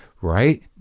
Right